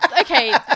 okay